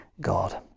God